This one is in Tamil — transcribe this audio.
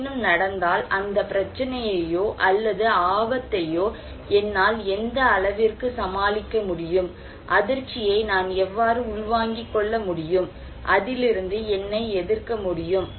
ஏதேனும் நடந்தால் அந்த பிரச்சனையையோ அல்லது ஆபத்தையோ என்னால் எந்த அளவிற்கு சமாளிக்க முடியும் அதிர்ச்சியை நான் எவ்வாறு உள்வாங்கிக் கொள்ள முடியும் அதிலிருந்து என்னை எதிர்க்க முடியும்